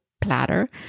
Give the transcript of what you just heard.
platter